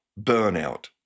burnout